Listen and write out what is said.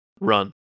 run